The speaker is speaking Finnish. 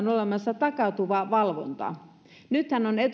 olemassa takautuva valvonta nythän on